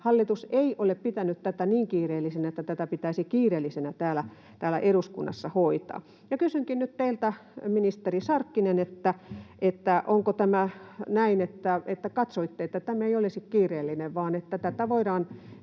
hallitus ei ole pitänyt tätä niin kiireellisinä, että tätä pitäisi kiireellisenä täällä eduskunnassa hoitaa. Kysynkin nyt teiltä, ministeri Sarkkinen: onko tämä näin, että katsoitte, että tämä ei olisi kiireellinen vaan että tätä voidaan